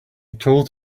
told